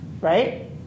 right